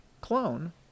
clone